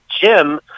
Jim